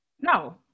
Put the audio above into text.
No